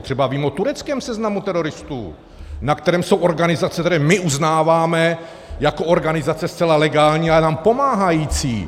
Třeba vím o tureckém seznamu teroristů, na kterém jsou organizace, které my uznáváme jako organizace zcela legální a nám pomáhající.